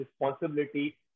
responsibility